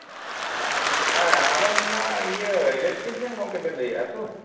ᱦᱮᱸ ᱟᱵᱮᱱ ᱚᱱᱟ ᱤᱭᱟᱹ ᱤᱞᱮᱠᱴᱨᱤᱥᱤᱭᱟᱱ ᱜᱚᱝᱠᱮ ᱵᱮᱱ ᱞᱟᱹᱭᱮᱫᱼᱟ ᱛᱚ